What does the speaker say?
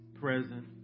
present